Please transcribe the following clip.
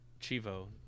Chivo